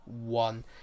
one